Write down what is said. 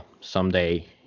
someday